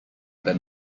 than